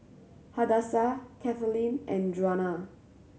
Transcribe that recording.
Hadassah Kathaleen and Djuana